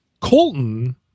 Colton